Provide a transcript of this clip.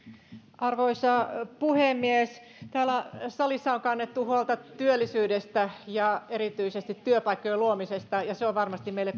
arvoisa puhemies täällä salissa on kannettu huolta työllisyydestä ja erityisesti työpaikkojen luomisesta ja se on varmasti meille